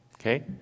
Okay